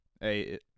Hey